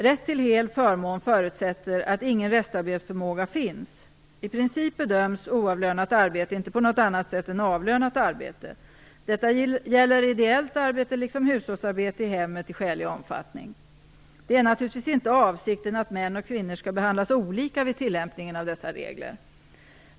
Rätt till hel förmån förutsätter att ingen restarbetsförmåga finns. I princip bedöms oavlönat arbete inte på något annat sätt än avlönat arbete. Detta gäller ideellt arbete liksom hushållsarbete i hemmet i skälig omfattning. Det är naturligtvis inte avsikten att män och kvinnor skall behandlas olika vid tillämpningen av dessa regler.